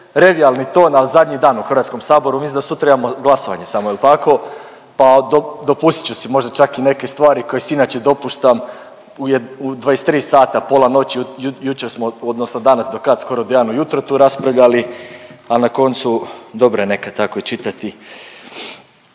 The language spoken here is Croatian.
revijalni ton, al zadnji dan u HS, mislim da sutra imamo glasovanje samo, jel tako, pa dopustit ću si možda čak i neke stvari koje si inače dopuštam u 23 sata, u pola noći, jučer smo odnosno danas, do kad, skoro do u jedan ujutro tu raspravljali, al na koncu dobro je nekad tako i čitati.